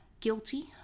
guilty